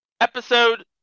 Episode